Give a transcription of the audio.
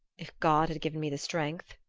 if god had given me the strength.